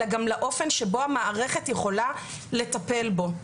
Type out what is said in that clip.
אלא גם לאופן שבו המערכת יכולה לטפל בו.